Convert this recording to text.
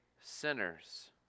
sinners